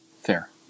Fair